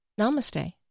namaste